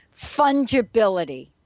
fungibility